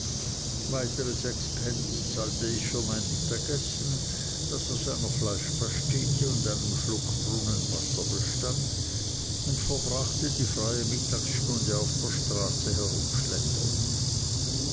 sechs pence zahlte ich für mein mittagessen das aus einer fleischpastete und einem schluck brunnenwasser bestand und verbrachte die freie mittagsstunde auf der straße